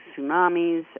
tsunamis